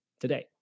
today